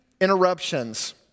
interruptions